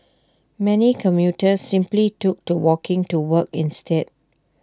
many commuters simply took to walking to work instead